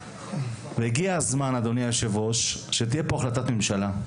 הגיע הזמן אדוני היו"ר שתהיה פה החלטת ממשלה.